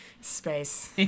Space